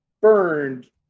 burned